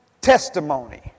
testimony